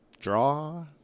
Draw